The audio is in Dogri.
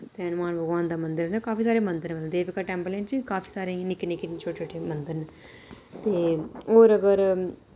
ते हनुमान भगवान दा मंदर ते काफी सारे मंदर न देविका टैम्पलें च काफी सारे इ'यां निक्के निक्के छोटे छोटे मंदर न ते और अगर